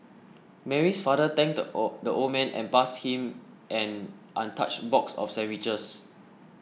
Mary's father thanked the odd the old man and passed him an untouched box of sandwiches